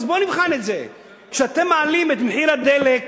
אז בוא נבחן את זה: כשאתם מעלים את מחיר הדלק